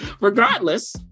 Regardless